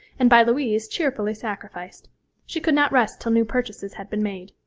and by louise cheerfully sacrificed she could not rest till new purchases had been made.